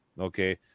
Okay